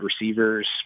receivers